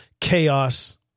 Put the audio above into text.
chaos